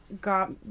got